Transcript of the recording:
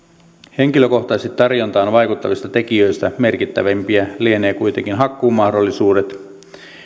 henkilökohtaisesti tarjontaan vaikuttavista tekijöistä merkittävimpiä lienevät kuitenkin hakkuumahdollisuudet